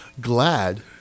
glad